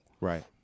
Right